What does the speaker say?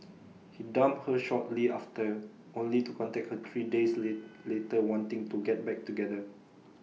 he dumped her shortly after only to contact her three days lay later wanting to get back together